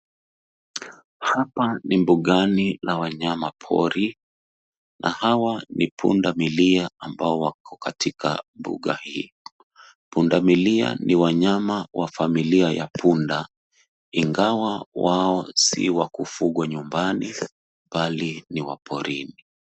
Hapa ni mbugani la wanyamapori na hawa ni pundamilia ambao wako katika mbuga hii. Pundamilia ni wanyama wa familia ya punda ingawa wao si wa kufugwa nyumbani bali ni wa porini.